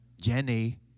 Jenny